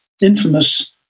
infamous